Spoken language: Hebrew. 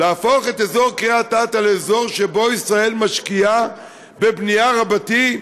להפוך את אזור קריית אתא לאזור שבו ישראל משקיעה בבנייה רבתי,